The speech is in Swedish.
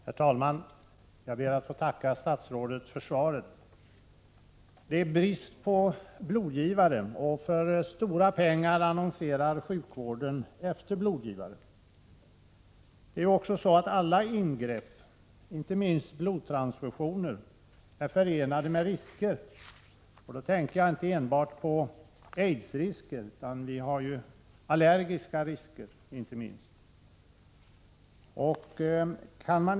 Herr talman! Jag ber att få tacka statsrådet för svaret. Det är brist på blodgivare, och för stora pengar annonserar sjukvården efter blodgivare. Det är också så att alla ingrepp, inte minst blodtransfusioner, är förenade Prot. 1986/87:109 med risker. Då tänker jag inte enbart på aidsrisken. Vi har ju också inte minst 23 april 1987 allergiska risker.